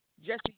Jesse